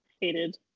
hated